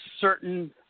certain